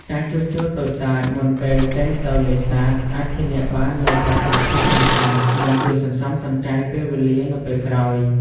ការជួសជុលតូចតាចមុនពេលចេញទៅនេសាទ អាចធានាបាននូវប្រសិទ្ធភាពនេសាទ និងជួយសន្សំសំចៃពេលវេលានៅពេលក្រោយ។